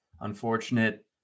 Unfortunate